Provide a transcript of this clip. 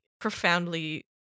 profoundly